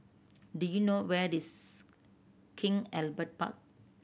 do you know where is King Albert Park